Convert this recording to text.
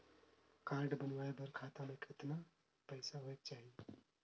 Card बनवाय बर खाता मे कतना पईसा होएक चाही?